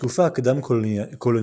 התקופה הקדם קולוניאלית